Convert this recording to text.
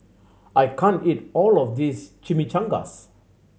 I can't eat all of this Chimichangas